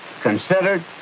considered